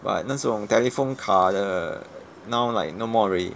but 那种 telephone 卡的 now like no more already